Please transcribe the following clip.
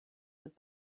with